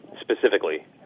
specifically